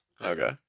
Okay